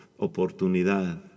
oportunidad